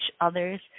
others